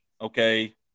okay